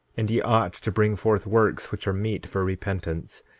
and ye ought to bring forth works which are meet for repentance,